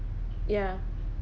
ya